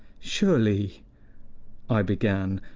surely i began,